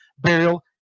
burial